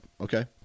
Okay